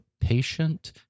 patient